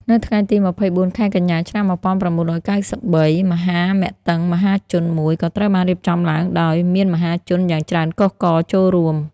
នៅថ្ងៃទី២៤ ខែកញ្ញា ឆ្នាំ១៩៩៣ មហាមិទិ្ទងមហាជនមួយ ក៏ត្រូវបានរៀបចំឡើងដោយ មានមហាជនយ៉ាងច្រើនកុះករចូលរួម។